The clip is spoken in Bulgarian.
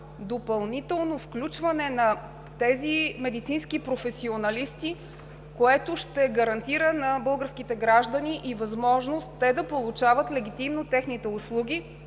допълнителното включване на тези медицински професионалисти, което ще гарантира на българските граждани възможност да получават легитимно техните услуги.